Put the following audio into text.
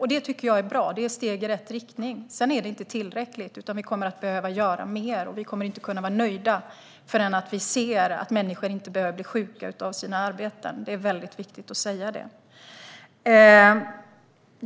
Det arbetet är ett bra steg i rätt riktning. Men det är inte tillräckligt. Vi kommer att behöva göra mer. Och vi kommer inte att kunna vara nöjda förrän vi ser att människor inte behöver bli sjuka av sina arbeten. Det är viktigt att säga det.